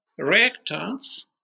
reactants